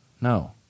no